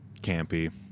campy